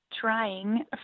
Trying